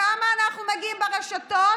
לכמה אנחנו מגיעים ברשתות?